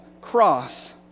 cross